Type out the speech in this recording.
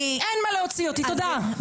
תודה.